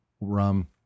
rum